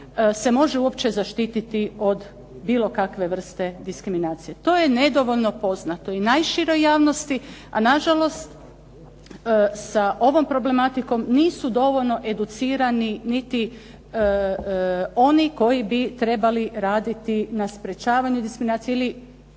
se može uopće zaštititi od bilo kakve vrste diskriminacije. To je nedovoljno poznato i najširoj javnosti, a na žalost sa ovom problematikom nisu dovoljno educirani niti oni koji bi trebali raditi na sprečavanju diskriminacije ili